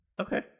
Okay